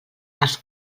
als